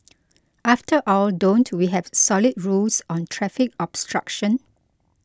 after all don't we have solid rules on traffic obstruction